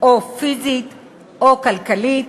או פיזית או כלכלית,